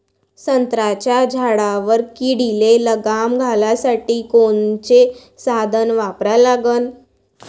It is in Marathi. संत्र्याच्या झाडावर किडीले लगाम घालासाठी कोनचे साधनं वापरा लागन?